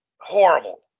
horrible